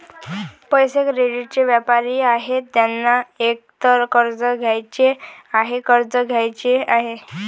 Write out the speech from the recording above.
पैसे, क्रेडिटचे व्यापारी आहेत ज्यांना एकतर कर्ज घ्यायचे आहे, कर्ज द्यायचे आहे